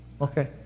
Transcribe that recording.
Okay